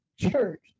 church